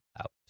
out